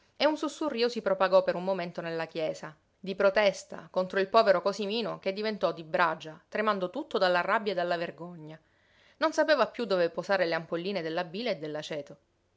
e un sussurrío si propagò per un momento nella chiesa di protesta contro il povero cosimino che diventò di bragia tremando tutto dalla rabbia e dalla vergogna non sapeva piú dove posare le ampolline della bile e